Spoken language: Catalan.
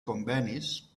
convenis